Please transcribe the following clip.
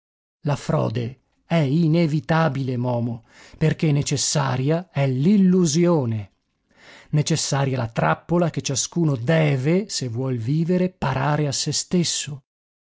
la frode è inevitabile momo perché necessaria è l'illusione necessaria la trappola che ciascuno deve se vuol vivere parare a se stesso